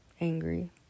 angry